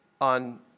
on